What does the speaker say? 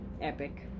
epic